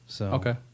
Okay